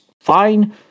fine